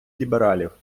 лібералів